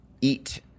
eat